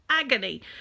Agony